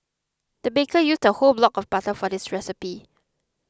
the baker used a whole block of butter for this recipe